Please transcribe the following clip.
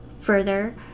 Further